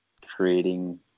creating